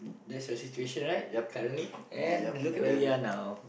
that's the situation right currently and look where we are now